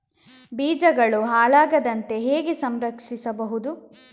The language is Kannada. ಬೀಜಗಳು ಹಾಳಾಗದಂತೆ ಹೇಗೆ ಸಂರಕ್ಷಿಸಬಹುದು?